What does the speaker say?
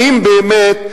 האם באמת,